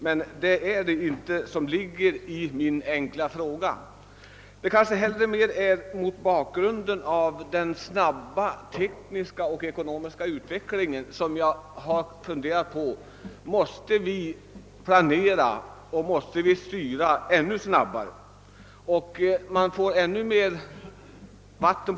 Men det är inte något sådant som är orsaken till att jag ställt frågan, utan det är fastmer den snabba tekniska och ekonomiska utvecklingen som gjort att jag kommit att fundera över om vi måste planera och styra ännu snabbare.